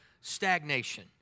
stagnation